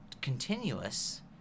continuous